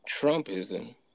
Trumpism